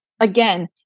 again